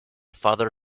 father